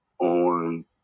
on